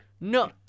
No